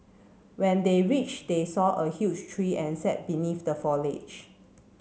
when they reached they saw a huge tree and sat beneath the foliage